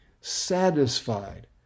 satisfied